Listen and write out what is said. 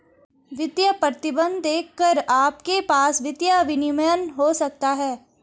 वित्तीय प्रतिबंध देखकर आपके पास वित्तीय विनियमन हो सकता है